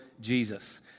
Jesus